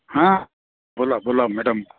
हां बोला बोला मॅडम